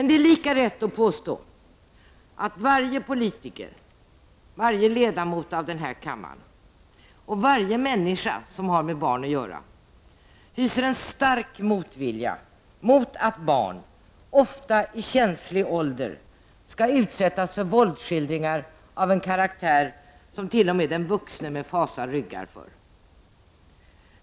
Det är lika rätt att påstå att varje politiker, varje ledamot av denna kammare och varje människa som har med barn att göra hyser en stark motvilja mot att barn, ofta i känslig ålder, skall utsättas för våldsskildringar av en karaktär som t.o.m. den vuxne med fasa ryggar tillbaka inför.